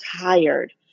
tired